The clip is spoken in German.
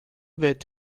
wird